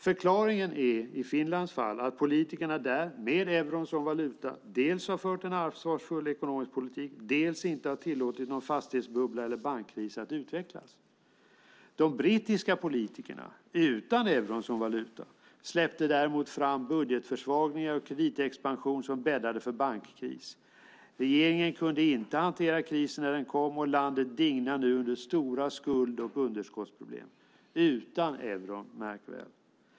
Förklaringen är i Finlands fall att politikerna där med euron som valuta dels har fört en ansvarsfull ekonomisk politik, dels inte har tillåtit någon fastighetsbubbla eller bankkris att utvecklas. De brittiska politikerna, utan euron som valuta, släppte fram budgetförsvagningar och kreditexpansion som bäddade för bankkris. Regeringen kunde inte hantera krisen när den kom, och landet dignar nu under stora skuld och underskottsproblem, märk väl utan euron.